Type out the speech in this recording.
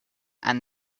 and